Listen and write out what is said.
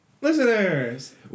listeners